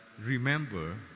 remember